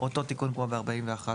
אותו תיקון כמו ב-42(ב1).